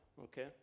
okay